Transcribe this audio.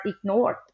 ignored